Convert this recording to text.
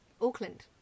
Auckland